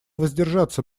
воздержаться